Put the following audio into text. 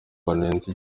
banenze